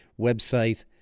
website